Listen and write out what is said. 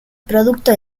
producto